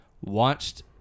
watched